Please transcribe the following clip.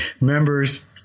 members